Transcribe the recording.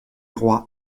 rois